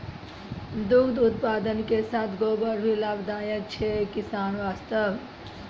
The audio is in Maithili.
दुग्ध उत्पादन के साथॅ गोबर भी लाभदायक छै किसान वास्तॅ